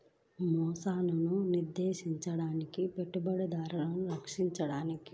మోసాలను నిరోధించడానికి, పెట్టుబడిదారులను రక్షించడానికి